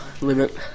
limit